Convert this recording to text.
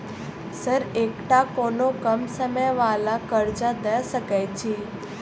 Sir एकटा कोनो कम समय वला कर्जा दऽ सकै छी?